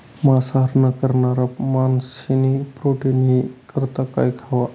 मांसाहार न करणारा माणशेस्नी प्रोटीननी करता काय खावा